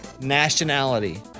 nationality